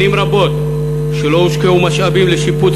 שנים רבות לא הושקעו משאבים בשיפוץ